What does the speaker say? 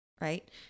right